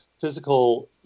physical